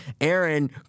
Aaron